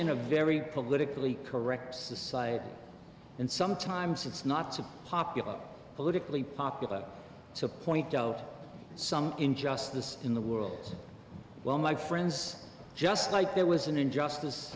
in a very politically correct society and sometimes it's not to popular politically popular to point out some injustice in the world well my friends just like there was an injustice